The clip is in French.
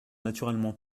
naturellement